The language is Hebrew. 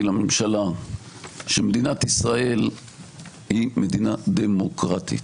לממשלה שמדינת ישראל היא מדינה דמוקרטית.